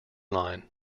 line